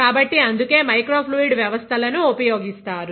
కాబట్టిఅందుకే micro fluid వ్యవస్థలను ఉపయోగిస్తారు